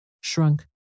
shrunk